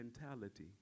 mentality